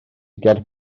ger